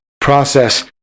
process